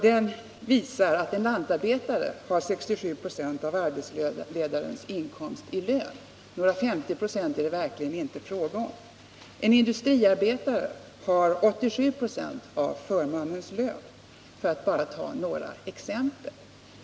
Den visar att en lantarbetare i lön har 67 96 av arbetsledarens inkomst — några 50 96 är det verkligen inte fråga om — och att en industriarbetare har 87 926 av förmannens lön, för att bara ta några exempel.